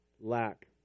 lack